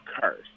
curse